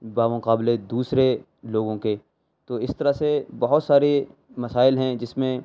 با مقابلے دوسرے لوگوں کے تو اس طرح سے بہت سارے مسائل ہیں جس میں